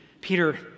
Peter